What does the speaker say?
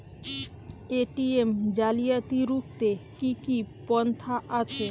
ATM জালিয়াতি রুখতে কি কি পন্থা আছে?